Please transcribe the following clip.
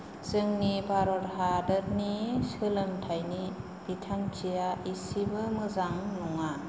जोंनि भारत हादरनि सोलोंथायनि बिथांखिया इसेबो मोजां नङा